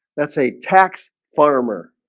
that's a tax farmer